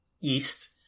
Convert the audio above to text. east